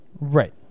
Right